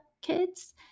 kids